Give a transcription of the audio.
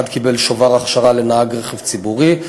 אחד קיבל שובר הכשרה לנהג רכב ציבורי,